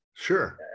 Sure